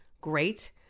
great